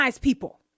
people